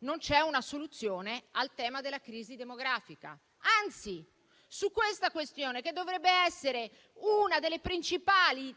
Non c'è una soluzione al tema della crisi demografica. Anzi, su tale questione, che dovrebbe essere una delle principali